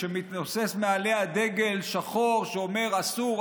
מתנוסס מעליה דגל שחור שאומר: אסור,